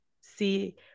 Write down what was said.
see